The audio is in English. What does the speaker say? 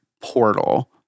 portal